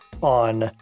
on